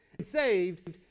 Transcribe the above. saved